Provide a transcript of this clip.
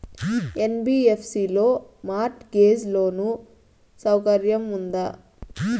NBFC లో mortgage loan సౌకర్యం ఉందా?